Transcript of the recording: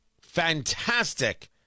Fantastic